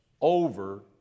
over